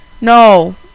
No